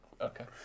Okay